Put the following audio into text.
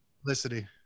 publicity